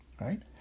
right